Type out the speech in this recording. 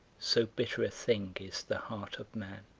so bitter a thing is the heart of man.